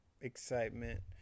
excitement